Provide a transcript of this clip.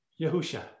Yahusha